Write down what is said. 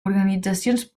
organitzacions